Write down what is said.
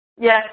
Yes